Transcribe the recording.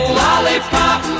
lollipop